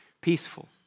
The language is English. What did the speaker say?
peaceful